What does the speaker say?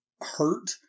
hurt